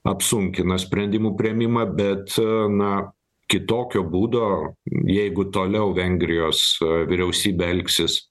apsunkina sprendimų priėmimą bet aa na kitokio būdo jeigu toliau vengrijos vyriausybė elgsis